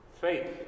faith